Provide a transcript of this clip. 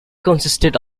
consisted